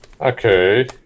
Okay